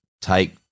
take